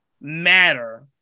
matter